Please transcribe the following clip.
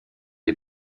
les